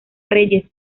reyes